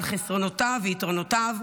על חסרונותיו ויתרונותיו,